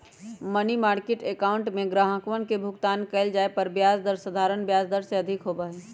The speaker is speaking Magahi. मनी मार्किट अकाउंट में ग्राहकवन के भुगतान कइल जाये पर ब्याज दर साधारण ब्याज दर से अधिक होबा हई